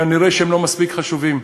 כנראה הם לא מספיק חשובים.